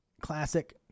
Classic